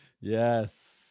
Yes